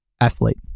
athlete